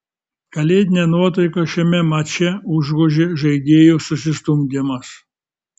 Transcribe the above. kalėdinę nuotaiką šiame mače užgožė žaidėjų susistumdymas